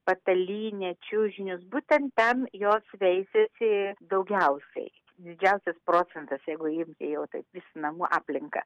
patalynę čiužinius būtent ten jos veisiasi daugiausiai didžiausias procentas jeigu imti jau taip visą namų aplinką